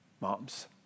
moms